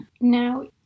Now